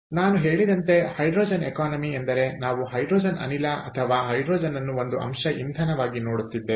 ಆದ್ದರಿಂದ ನಾನು ಹೇಳಿದಂತೆ ಹೈಡ್ರೋಜನ್ ಎಕಾನಮಿ ಎಂದರೆ ನಾವು ಹೈಡ್ರೋಜನ್ ಅನಿಲ ಅಥವಾ ಹೈಡ್ರೋಜನ್ ಅನ್ನು ಒಂದು ಅಂಶ ಇಂಧನವಾಗಿ ನೋಡುತ್ತಿದ್ದೇವೆ